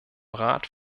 rat